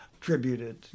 tributed